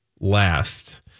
last